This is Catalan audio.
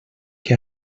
que